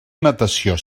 natació